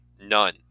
none